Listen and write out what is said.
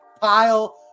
pile